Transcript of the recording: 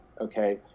okay